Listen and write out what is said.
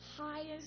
highest